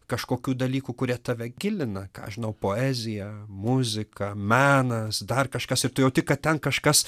kažkokių dalykų kurie tave gilina ką aš žinau poezija muzika menas dar kažkas ir tu jauti kad ten kažkas